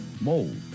mold